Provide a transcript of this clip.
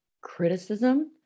criticism